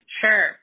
Sure